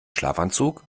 schlafanzug